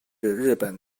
日本